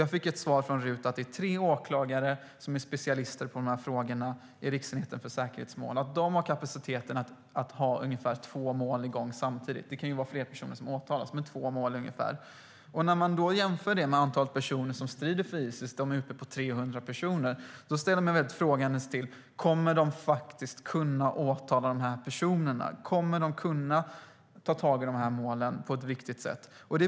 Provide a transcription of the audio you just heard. Jag fick svaret från RUT att det är tre åklagare som är specialister på de här frågorna vid Riksenheten för säkerhetsmål och att de har kapaciteten att ha ungefär två mål i gång samtidigt. Det kan vara flera personer som åtalas, men ungefär två mål. När jag jämför det med antalet personer som strider för Isis, vilket är uppe i 300 personer, ställer jag väldigt mig frågande till om man kommer att kunna åtala de här personerna. Kommer man att kunna ta tag i de här målen på ett viktigt sätt?